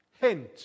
Hint